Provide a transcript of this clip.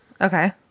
Okay